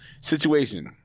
Situation